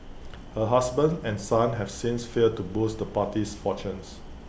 her husband and son have since failed to boost the party's fortunes